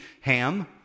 ham